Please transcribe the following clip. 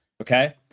Okay